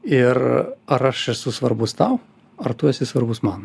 ir ar aš esu svarbus tau ar tu esi svarbus man